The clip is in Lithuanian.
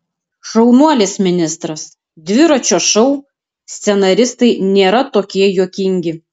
šaunuolis ministras dviračio šou scenaristai nėra tokie juokingi